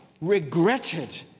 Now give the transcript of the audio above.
regretted